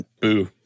boo